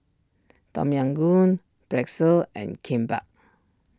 Tom Yam Goong Pretzel and Kimbap